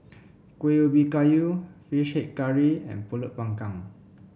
Kuih Ubi Kayu fish head curry and pulut panggang